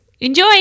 Enjoy